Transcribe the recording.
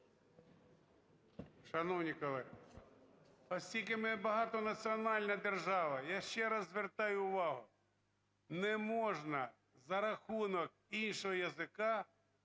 Шановні колеги, оскільки ми – багатонаціональна держава, я ще раз звертаю увагу, не можна за рахунок іншого языка